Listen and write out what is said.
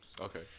Okay